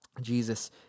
Jesus